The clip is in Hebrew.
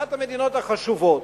אחת המדינות החשובות,